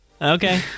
Okay